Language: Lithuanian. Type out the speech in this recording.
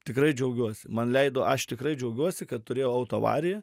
tikrai džiaugiuosi man leido aš tikrai džiaugiuosi kad turėjau autoavariją